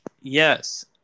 Yes